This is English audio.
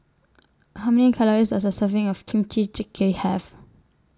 How Many Calories Does A Serving of Kimchi Jjigae Have